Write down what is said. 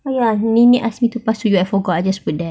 !aiya! nenek asked me to pass you that I forgot I just put there